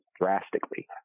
drastically